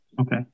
Okay